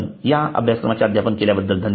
हा अभ्यासक्रमाचे अध्यापन केल्याबद्दल धन्यवाद